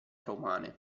romane